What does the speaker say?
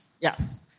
Yes